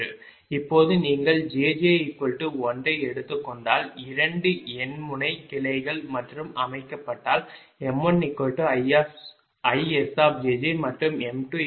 இப்போது நீங்கள் jj 1 ஐ எடுத்துக்கொண்டால் 2 எண் முனை கிளைகள் மற்றும் அமைக்கப்பட்டால் m1IS மற்றும் m2IR